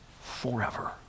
forever